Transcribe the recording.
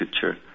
future